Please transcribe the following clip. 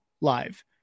live